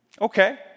Okay